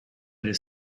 des